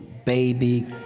Baby